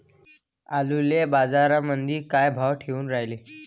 आलूले बाजारामंदी काय भाव भेटून रायला?